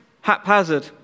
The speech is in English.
haphazard